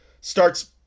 starts